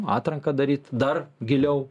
atranką daryt dar giliau